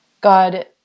God